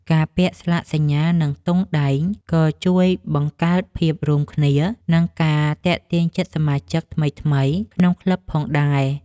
ការពាក់ស្លាកសញ្ញា និងទង់ដែង ក៏ជួយបង្កើតភាពរួមគ្នា និងការទាក់ទាញចិត្តសមាជិកថ្មីៗក្នុងក្លឹបផងដែរ។